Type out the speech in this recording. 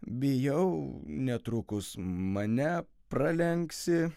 bijau netrukus mane pralenksi